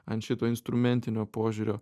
ant šito instrumentinio požiūrio